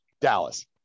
Dallas